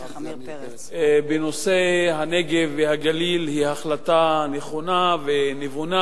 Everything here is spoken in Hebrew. בנושא הנגב והגליל היא החלטה נכונה ונבונה